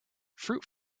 fruit